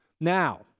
Now